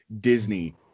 Disney